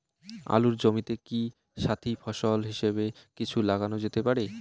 আলুর জমিতে কি সাথি ফসল হিসাবে কিছু লাগানো যেতে পারে?